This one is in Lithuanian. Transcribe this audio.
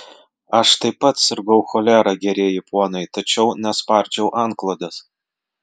aš taip pat sirgau cholera gerieji ponai tačiau nespardžiau antklodės